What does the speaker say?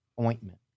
ointment